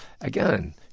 again